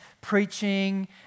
preaching